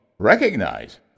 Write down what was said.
recognize